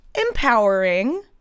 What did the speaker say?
empowering